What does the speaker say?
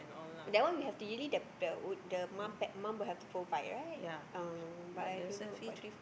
that one we have to really the the mum have the mum will have to provide right oh but I don't know about the